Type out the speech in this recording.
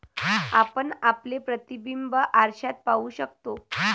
आपण आपले प्रतिबिंब आरशात पाहू शकतो